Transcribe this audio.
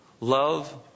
love